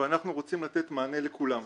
ואנחנו רוצים לתת מענה לכולם.